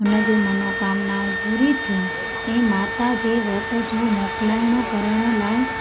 हुन जूं मनोकामना पूरी थियूं ऐं माता जे विर्त जो मोकिलाणो करण लाइ